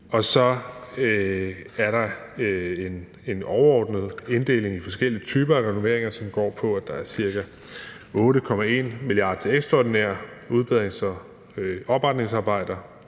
Og så er der en overordnet inddeling i forskellige typer af renoveringer, som går på, at der er ca. 8,1 mia. kr. til ekstraordinære udbedrings- og opretningsarbejder,